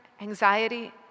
anxiety